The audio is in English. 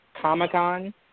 Comic-Con